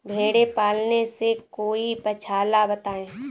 भेड़े पालने से कोई पक्षाला बताएं?